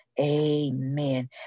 Amen